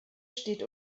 steht